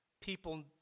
people